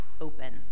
Open